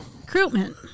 Recruitment